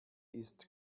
ist